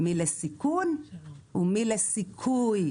מי לסיכון ומי לסיכוי.